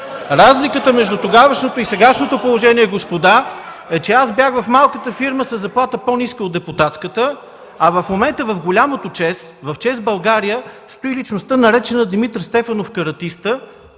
Разликата между тогавашното и сегашното положение, господа, е, че аз бях в малката фирма със заплата по-ниска от депутатската, а в момента в голямото ЧЕЗ, в „ЧЕЗ – България” стои личността, наречена Димитър Стефанов – Каратиста.